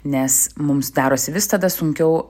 nes mums darosi vis tada sunkiau